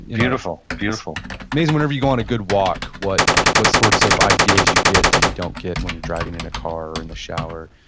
beautiful. beautiful means whenever you go on a good walk, what what sorts of ideas you get that you don't get when you're driving in a car, or in the shower,